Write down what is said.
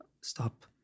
stop